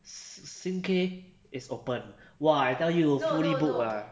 s~ sing K is open !wah! I tell you fully booked ah